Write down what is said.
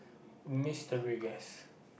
mister Rigass